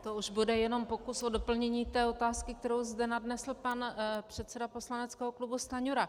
To už bude jenom pokus o doplnění té otázky, kterou zde nadnesl pan předseda poslaneckého klubu Stanjura.